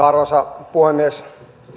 arvoisa puhemies